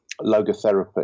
logotherapy